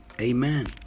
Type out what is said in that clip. amen